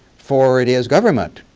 for it is government,